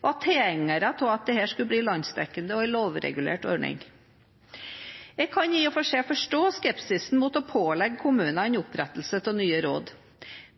av at dette skulle bli en landsdekkende og lovregulert ordning. Jeg kan i og for seg forstå skepsisen mot å pålegge kommunene opprettelse av nye råd.